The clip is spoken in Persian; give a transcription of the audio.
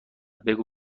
بگو